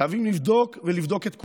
חייבים לבדוק ולבדוק את כולם: